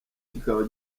kikaba